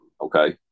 Okay